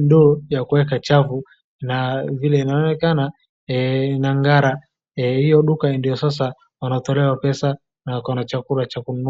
Ndoo ya kuweka chafu, na vile inavyonekana inang'ara, hiyo duka ndo sasa wanatolewa pesa na wako na chakula cha kununua.